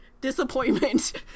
Disappointment